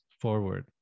forward